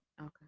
okay